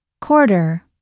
quarter